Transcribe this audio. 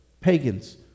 pagans